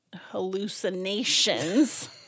hallucinations